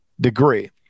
degree